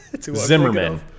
Zimmerman